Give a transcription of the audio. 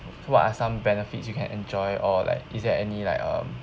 what are some benefits you can enjoy or like is there any like um